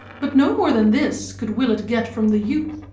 but no more than this could willett get from the youth.